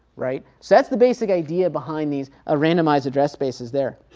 right. so that's the basic idea behind these ah randomized address spaces there.